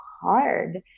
hard